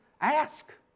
Ask